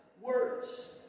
words